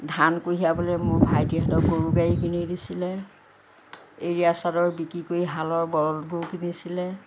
ধান কঢ়িয়াবলৈ মোৰ ভাইটিহতঁক গৰুগাড়ী কিনি দিছিলে এৰীয়া চাদৰ বিক্ৰী কৰি হালৰ বলধ গৰু কিনিছিলে